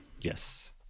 Yes